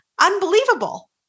unbelievable